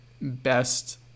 best